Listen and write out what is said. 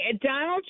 Donald